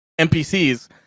npcs